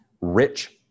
rich